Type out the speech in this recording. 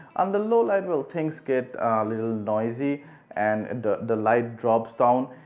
under low light well things get little noisy and and the light drops down.